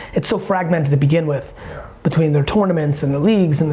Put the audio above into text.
it's so fragmented to begin with between their tournaments and their leagues. and